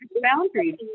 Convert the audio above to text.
boundaries